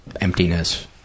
emptiness